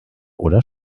oder